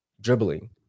dribbling